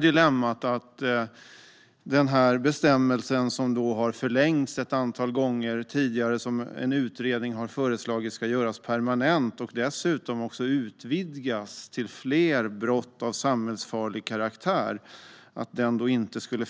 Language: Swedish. Dilemmat är om den här bestämmelsen, som har förlängts ett antal gånger tidigare och som en utredning har föreslagit ska göras permanent och dessutom utvidgas till fler brott av samhällsfarlig karaktär, inte skulle